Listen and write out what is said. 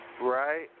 Right